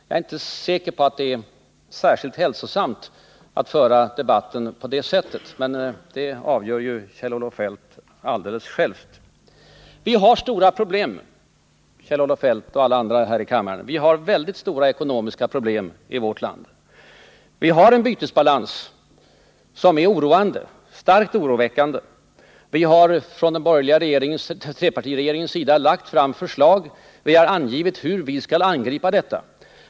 Jag är inte säker på att det är särskilt hälsosamt att föra debatten på det sättet, men Kjell-Olof Feldt avgör ju alldeles själv om han vill göra det. Vi har, Kjell-Olof Feldt och alla andra här i kammaren, väldigt stora ekonomiska problem i vårt land. Vi har bl.a. en bytesbalans som är starkt oroväckande. Från trepartiregeringens sida har vi lagt fram förslag, och vi har angivit hur vi skall angripa problemen.